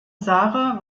sara